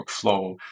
workflow